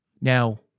Now